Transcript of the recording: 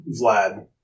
Vlad